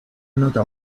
nota